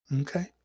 Okay